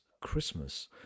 Christmas